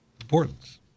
importance